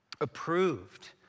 approved